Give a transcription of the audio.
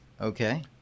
Okay